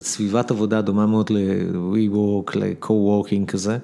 סביבת עבודה דומה מאוד ל-wework, ל-co-working כזה.